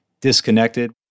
disconnected